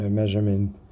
measurement